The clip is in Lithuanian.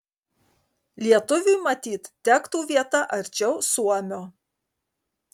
lietuviui matyt tektų vieta arčiau suomio